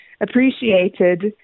appreciated